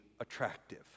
attractive